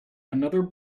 another